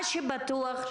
מה שבטוח,